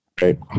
Right